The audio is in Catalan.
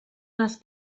les